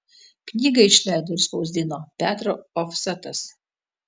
knygą išleido ir spausdino petro ofsetas